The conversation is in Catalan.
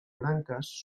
branques